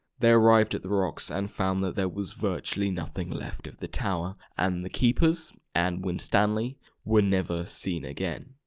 they arrived at the rocks and found that there was virtually nothing left of the tower. and the keepers and winstanley were never seen again.